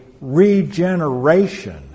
regeneration